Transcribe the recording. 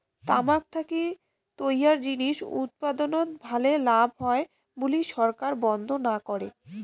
তামাক থাকি তৈয়ার জিনিস উৎপাদনত ভালে লাভ হয় বুলি সরকার বন্ধ না করে